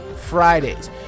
Friday's